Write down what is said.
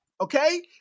Okay